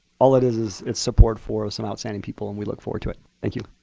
all it is is it's support for some outstanding people and we look forward to it. thank you.